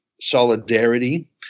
solidarity